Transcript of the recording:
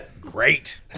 Great